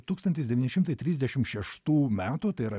tūkstantis devyni šimtai trisdešim šeštų metų tai yra